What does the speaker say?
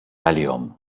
għalihom